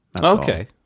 Okay